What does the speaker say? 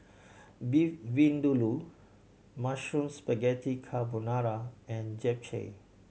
Beef Vindaloo Mushroom Spaghetti Carbonara and Japchae